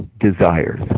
desires